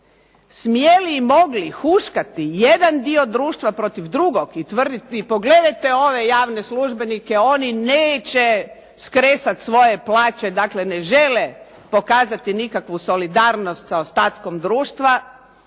smjeli i mogli huškati jedan dio društva protiv drugo i tvrditi pogledajte ove javne službenike oni neće skresati svoje plaće, dakle ne žele pokazati nikakvu solidarnost sa ostatkom društva,